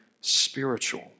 spiritual